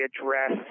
address